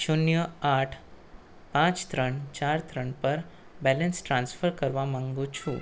શૂન્ય આઠ પાંચ ત્રણ ચાર ત્રણ પર બેલેન્સ ટ્રાન્સફર કરવા માગુ છું